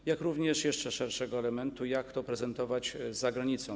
Dotyczy to również jeszcze szerszego elementu: Jak to prezentować za granicą?